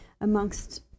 amongst